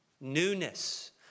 newness